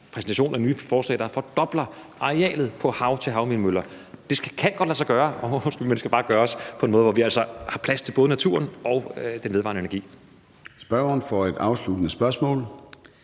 præsentation af nye forslag, hvor man fordobler arealet på havet til havvindmøller. Det kan godt lade sig gøre, men det skal bare gøres på en måde, hvor vi altså har plads til både naturen og den vedvarende energi. Kl. 13:48 Formanden (Søren